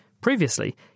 Previously